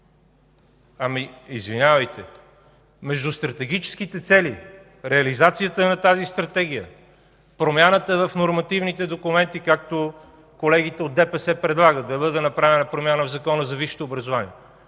Извинявайте, между стратегическите цели, реализацията на тази Стратегия, промяната в нормативните документи, както колегите от ДПС предлагат да бъде направена промяна в Закона за висшето образование,